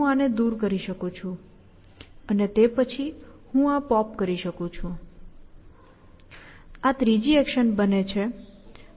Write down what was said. હું આને દૂર કરી શકું છું અને તે પછી હું આ પોપ કરી શકું છું આ ત્રીજી એક્શન બને છે